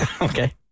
Okay